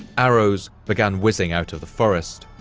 arrows began whizzing out of the forest,